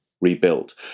rebuilt